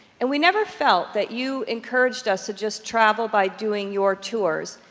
and we never felt that you encouraged us to just travel by doing your tours.